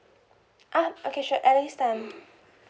ah okay sure alice tan